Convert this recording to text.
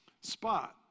spot